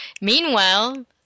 meanwhile